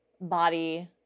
body